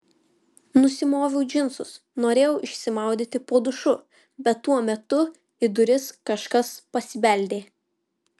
nusimoviau džinsus norėjau išsimaudyti po dušu bet tuo metu į duris kažkas pasibeldė